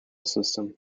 system